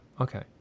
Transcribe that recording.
Okay